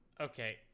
Okay